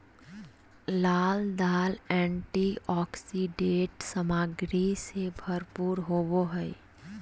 लाल दाल एंटीऑक्सीडेंट सामग्री से भरपूर होबो हइ